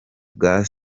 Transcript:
bwa